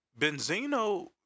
Benzino